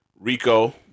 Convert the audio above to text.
Rico